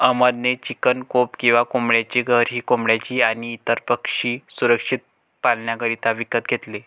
अहमद ने chicken coop किंवा कोंबड्यांचे घर ही कोंबडी आणी इतर पक्षी सुरक्षित पाल्ण्याकरिता विकत घेतले